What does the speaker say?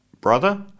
brother